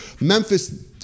Memphis